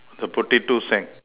the potato sack